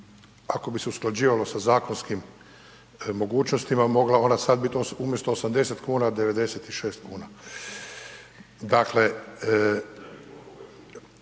ako bi se usklađivalo sa zakonskim mogućnostima mogla ona sada biti umjesto 80 kuna 96 kuna. Dakle,